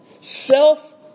self